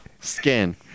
skin